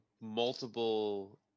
multiple